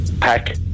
Pack